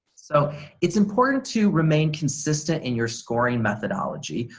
so it's important to remain consistent in your scoring methodology.